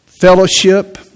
Fellowship